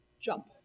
jump